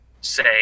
say